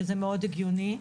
שזה מאוד הגיוני,